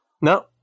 No